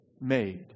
made